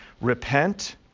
Repent